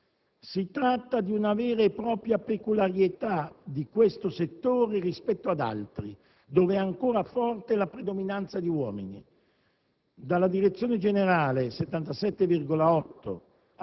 Si tratta di una vera e propria peculiarità di questo settore rispetto ad altri dove è ancora forte la predominanza di uomini. Dalla direzione generale (77,8